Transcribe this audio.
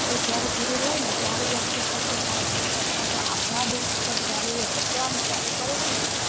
આપણે જ્યારે જરુર હોય ને ત્યારે વ્યક્તિ ખસી જાય છે અથવા તો આપણાં દુઃખ ઉપર જ્યારે એ હસવાનું ચાલું કરે છે ને